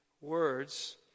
words